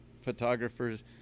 photographers